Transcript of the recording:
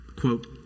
quote